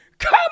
Come